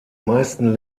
meisten